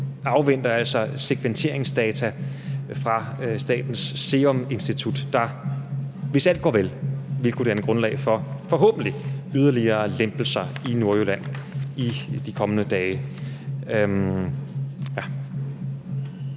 afventer sekventeringsdata fra Statens Serum Institut, der, hvis alt går vel, forhåbentlig vil kunne danne grundlag for yderligere lempelser i Nordjylland i de kommende dage.